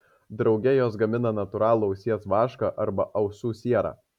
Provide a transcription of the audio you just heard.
drauge jos gamina natūralų ausies vašką arba ausų sierą